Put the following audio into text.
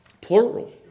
Plural